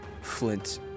Flint